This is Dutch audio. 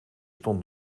stond